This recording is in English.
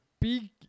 big